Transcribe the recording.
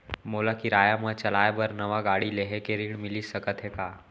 मोला किराया मा चलाए बर नवा गाड़ी लेहे के ऋण मिलिस सकत हे का?